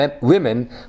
women